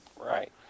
Right